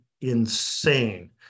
insane